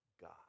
God